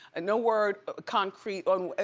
no word concrete on, ah